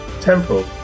temple